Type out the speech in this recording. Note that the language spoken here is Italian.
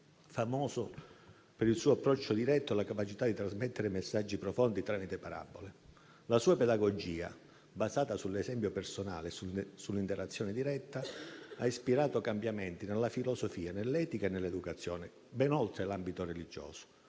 famoso per il suo approccio diretto e per la capacità di trasmettere messaggi profondi tramite parabole. La sua pedagogia, basata sull'esempio personale e sull'interazione diretta, ha ispirato cambiamenti nella filosofia, nell'etica e nell'educazione ben oltre l'ambito religioso,